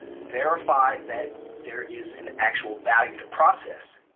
verify that there is an actual value to process.